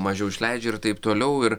mažiau išleidžia ir taip toliau ir